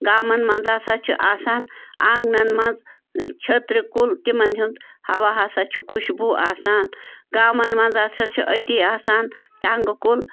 گامَن منٛز ہَسا چھُ آسان آنٛگنَن منٛز چھٔترِ کُل تِمَن ہُنٛد ہوا ہَسا چھُ خُشبوٗ آسان گامَن منٛز ہَسا چھُ أتی آسان ٹنٛگہٕ کُل